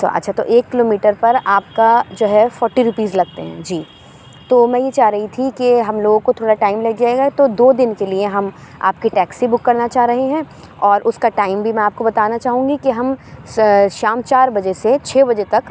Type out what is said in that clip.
تو اچھا تو ایک کلو میٹر پر آپ کا جو ہے فورٹی روپیز لگتے ہیں جی تو میں یہ چاہ رہی تھی کہ ہم لوگوں کو تھوڑا ٹائم لگ جائے گا تو دو دِن کے لیے ہم آپ کی ٹیکسی بک کرنا چاہ رہے ہیں اور اُس کا ٹائم بھی میں آپ کو بتانا چاہوں گی کہ ہم شام چار بجے سے چھ بجے تک